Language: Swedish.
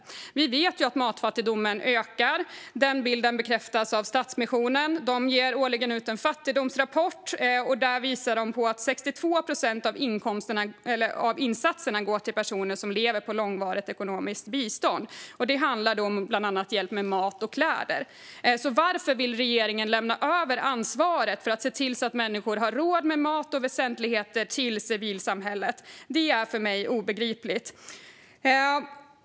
Vi vet att matfattigdomen ökar. Den bilden bekräftas av Stadsmissionen. De ger årligen ut en fattigdomsrapport, och den visar att 62 procent av insatserna går till personer som lever på långvarigt ekonomiskt bistånd. Det handlar bland annat om hjälp med mat och kläder. Varför vill regeringen lämna över ansvaret för att se till att människor har råd med mat och väsentligheter till civilsamhället? Det är för mig obegripligt.